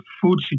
food